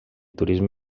turisme